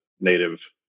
native